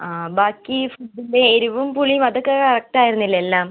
ആ ബാക്കി ഫുഡ്ഡിൻ്റെ എരിവും പുളിയും അതൊക്കെ കറക്ട് ആയിരുന്നില്ലേ എല്ലാം